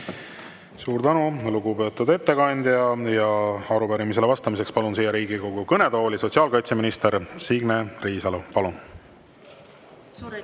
Suur tänu, lugupeetud ettekandja! Arupärimisele vastamiseks palun Riigikogu kõnetooli sotsiaalkaitseminister Signe Riisalo. Palun!